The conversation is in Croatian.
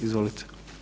Izvolite.